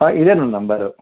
ಹಾಂ ಇದೇ ನನ್ನ ನಂಬರು